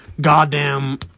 Goddamn